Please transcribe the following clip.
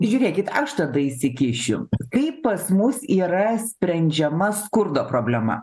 žiūrėkit aš tada įsikišiu kaip pas mus yra sprendžiama skurdo problema